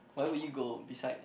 where will you go besides